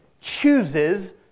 chooses